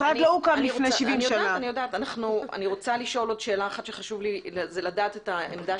אני רוצה לשאול עוד שאלה אחת שחשוב לי לדעת את עמדת